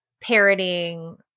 parodying